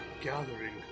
gathering